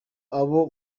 abo